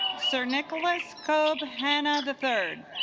sir nicholas coab hanna the third